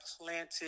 planted